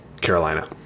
Carolina